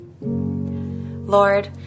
Lord